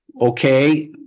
okay